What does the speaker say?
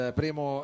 primo